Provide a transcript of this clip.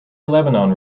lebanon